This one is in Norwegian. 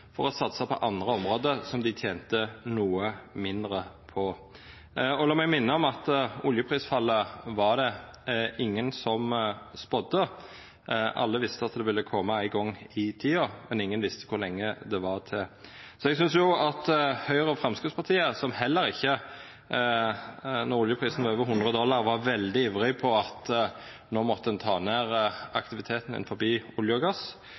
for å satsa på andre område, som dei tente noko mindre på. La meg minne om at oljeprisfallet var det ingen som spådde. Alle visste at det ville koma ein gong i tida, men ingen visste kor lenge det var til. Eg synest at Høgre og Framstegspartiet, som heller ikkje då oljeprisen var over 100 dollar, var veldig ivrige på at no måtte ein ta ned aktiviteten innanfor olje og gass,